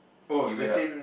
it went up